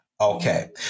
Okay